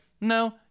no